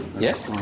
yes.